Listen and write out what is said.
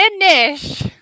finish